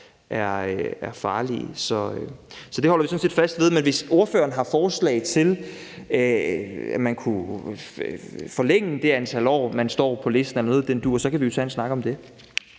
er farlige. Så det holder vi sådan set fast ved. Men hvis ordføreren har forslag til, at man kunne forlænge det antal år, man står på listen, eller noget i den dur, så kan vi jo tage en snak om det.